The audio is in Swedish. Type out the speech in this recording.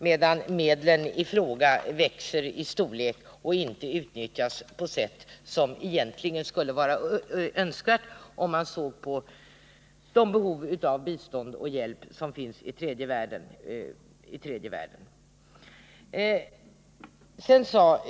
Medlen i fråga växer i storlek och utnyttjas inte på det sätt som skulle vara önskvärt om man ser till det behov av bistånd och hjälp som finns i tredje världen.